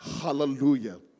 Hallelujah